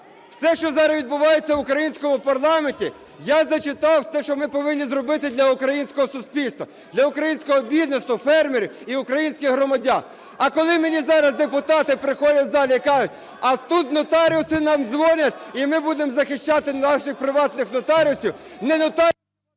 Все, що зараз відбувається в українському парламенті… Я зачитав те, що ми повинні зробити для українського суспільства, для українського бізнесу, фермерів і українських громадян. А коли мені зараз депутати приходять в залі і кажуть, а тут нотаріуси нам дзвонять, і ми будемо захищати наших приватних нотаріусів… Не нотаріусів… (Шум у залі)